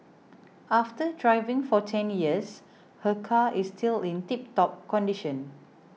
after driving for ten years her car is still in tiptop condition